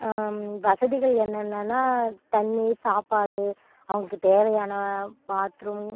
வசதிகள் என்னென்னனா தண்ணீர் சாப்பாடு அவங்களுக்கு தேவையான பாத்ரூம்